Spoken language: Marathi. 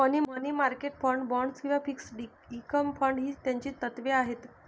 मनी मार्केट फंड, बाँड्स किंवा फिक्स्ड इन्कम फंड ही त्याची तत्त्वे आहेत